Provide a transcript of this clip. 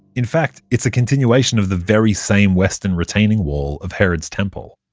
in fact, it's a continuation of the very same western retaining wall of herod's temple.